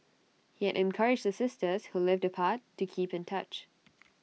he had encouraged the sisters who lived apart to keep in touch